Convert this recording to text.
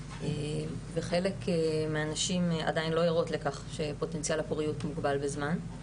וחלק מהנשים עדיין לא ערות לכך שפוטנציאל הפוריות מוגבל בזמן.